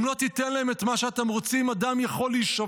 אם לא תיתן להם את מה שהם רוצים, אדם יכול להישבר.